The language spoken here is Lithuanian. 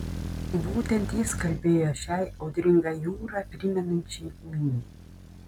būtent jis kalbėjo šiai audringą jūrą primenančiai miniai